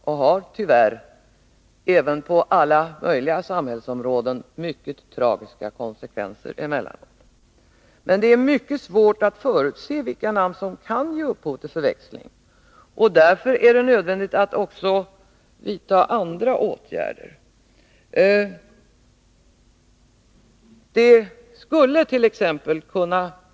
Det får tyvärr, på alla möjliga samhällsområden, emellanåt mycket tragiska konsekvenser. Men det är mycket svårt att förutse vilka namn som kan ge upphov till förväxling, och därför är det nödvändigt att också vidta andra åtgärder. Det skulle tt.ex.